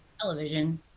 television